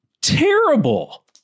Terrible